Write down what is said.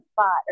spot